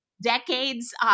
decades